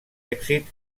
èxit